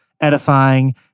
edifying